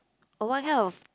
oh what health